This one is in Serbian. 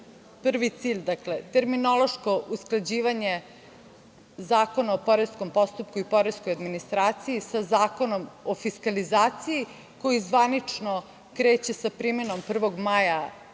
prvi cilj – terminološko usklađivanje Zakona o poreskom postupku i poreskoj administraciji sa Zakonom o fiskalizaciji, koji zvanično kreće sa primenom 1. maja